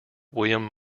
william